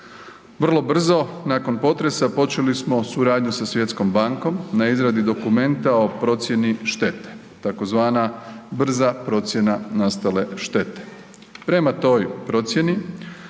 Vrlo brzo nakon potresa počeli smo suradnju sa Svjetskom bankom na izradi dokumenta o procjeni štete tzv. brza procjena nastale štete. Prema toj procjeni,